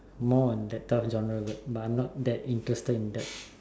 more of that type of jungle but I not that interested in that